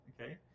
okay